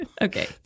Okay